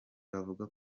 bavuga